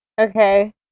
Okay